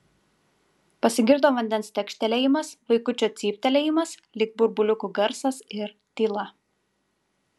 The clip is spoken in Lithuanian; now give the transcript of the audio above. pasigirdo vandens tekštelėjimas vaikučio cyptelėjimas lyg burbuliukų garsas ir tyla